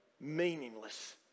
meaningless